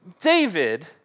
David